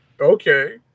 Okay